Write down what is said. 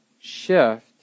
shift